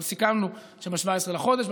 אבל סיכמנו שב-17 בחודש,